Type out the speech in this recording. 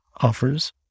offers